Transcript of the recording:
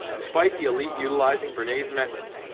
despite the elite utilizing bernays' methods,